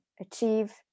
achieve